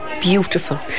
beautiful